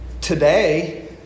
today